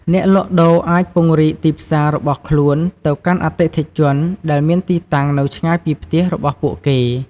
អ្នកលក់ដូរអាចពង្រីកទីផ្សាររបស់ខ្លួនទៅកាន់អតិថិជនដែលមានទីតាំងនៅឆ្ងាយពីផ្ទះរបស់ពួកគេ។